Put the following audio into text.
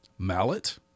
Mallet